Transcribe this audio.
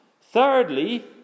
Thirdly